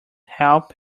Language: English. help